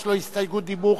יש לו הסתייגות דיבור.